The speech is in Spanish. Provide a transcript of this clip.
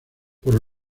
por